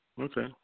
Okay